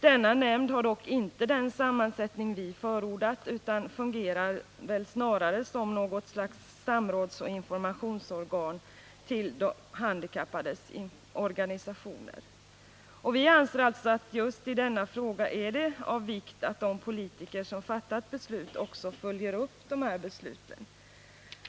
Denna nämnd har dock inte den sammansättning vi förordat utan fungerar väl snarare som något slags samrådsoch informationsorgan gentemot de handikappades organisationer. Vi anser alltså att det just i denna fråga är av vikt att de politiker som fattat beslut också följer upp dessa beslut.